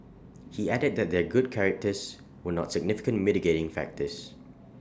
he added that their good characters were not significant mitigating factors